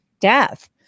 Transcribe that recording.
death